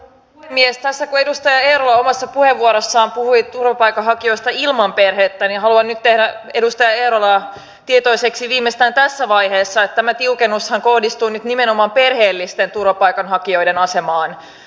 tässä kun edustaja eerola omassa puheenvuorossaan puhui turvapaikanhakijoista ilman perhettä niin haluan nyt tehdä edustaja eerolaa tietoiseksi viimeistään tässä vaiheessa siitä että tämä tiukennushan kohdistuu nyt nimenomaan perheellisten turvapaikanhakijoiden asemaan